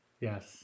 Yes